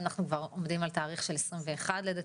אנחנו כבר עומדים על התאריך של ה-21 בדצמבר.